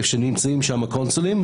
נמצאים שם הקונסולים,